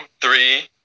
three